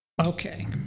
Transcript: Okay